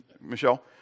Michelle